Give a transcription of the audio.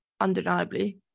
undeniably